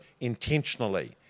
intentionally